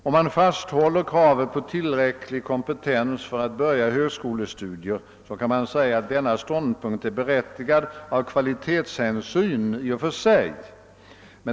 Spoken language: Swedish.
Om man fasthåller kravet på tillräcklig kompetens för att börja högskolestudier, kan man säga att denna ståndpunkt är berättigad av kvalitetshänsyn i och för sig.